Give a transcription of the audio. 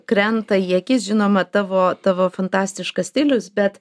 krenta į akis žinoma tavo tavo fantastiškas stilius bet